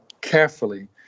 carefully